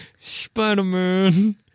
Spider-Man